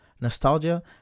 Nostalgia